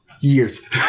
Years